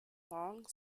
long